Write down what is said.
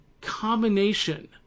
combination